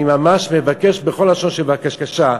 אני ממש מבקש בכל לשון של בקשה,